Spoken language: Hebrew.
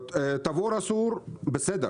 תבור אסור, בסדר,